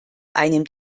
einem